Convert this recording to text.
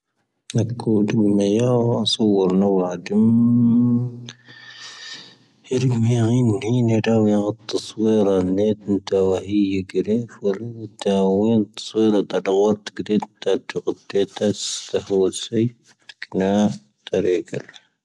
ʻⴰⴽⴽūⴷⵡⵎⴻ ⵢⴰ'ⴰ ʻⴰⵙūⵔⵏⴰⵡ ⴰⴷⵎ ʻⴻⵍⴳⵎⴻ ⴰⵏⵉⵏⵀⴻ ʻⵔⴰⵡⵢāⵜ ʻⵜⴰⵙūⵔ ⴰⵏⴻⵏ ʻⵜⴰⵡⴰⵀⵉ ⵢⵉ'ⵉ ⵇⴻⵔⴻ ʻⵡⴻⵔⴻ ʻⴰⵡⴻⵏ ʻⵜⴰⵙūⵔ ⵜⴰ ʻⴰⵡⴰⵜ ʻⴳⵔⴻⴷ ⵜʻⴰⵡⴷ ʻⵜēⵜā ʻⵙⴰⵀⴰⵡⵉⵙⴰⵉ ʻⵜⴰⴽⵏⴰ ʻⵜⴰⵔⴻⴳⴰⵔ.